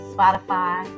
Spotify